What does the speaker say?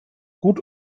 gut